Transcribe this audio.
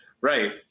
right